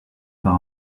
par